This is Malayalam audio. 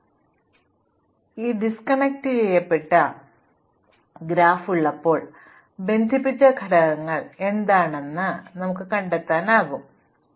ഇപ്പോൾ വിച്ഛേദിക്കപ്പെട്ട ഒരു വഴിതിരിച്ചുവിടാത്ത ഗ്രാഫ് ഉള്ളപ്പോൾ ബന്ധിപ്പിച്ച ഘടകങ്ങൾ എന്താണെന്ന് കണ്ടെത്താനും ഞങ്ങൾ താൽപ്പര്യപ്പെടുന്നു